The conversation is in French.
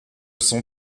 son